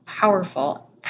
powerful